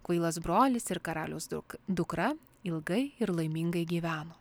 kvailas brolis ir karaliaus duk dukra ilgai ir laimingai gyveno